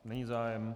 Není zájem.